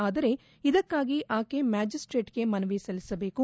ಆದರೆ ಇದಕ್ಕಾಗಿ ಆಕೆ ಮ್ಲಾಜಿಸ್ನೇಟ್ಗೆ ಮನವಿ ಸಲ್ಲಿಸಬೇಕು